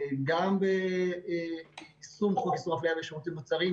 גם ביישום חוק איסור אפליה בשירותים ומוצרים,